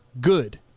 good